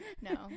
no